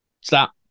stop